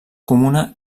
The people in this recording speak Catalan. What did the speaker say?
comuna